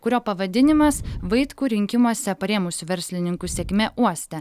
kurio pavadinimas vaitkų rinkimuose parėmusių verslininkų sėkmė uoste